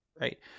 right